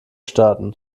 starten